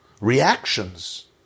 reactions